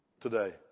today